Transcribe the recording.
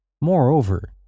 Moreover